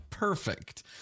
Perfect